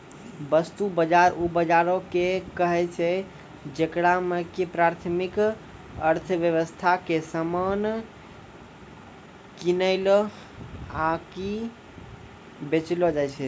वस्तु बजार उ बजारो के कहै छै जेकरा मे कि प्राथमिक अर्थव्यबस्था के समान किनलो आकि बेचलो जाय छै